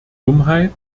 dummheit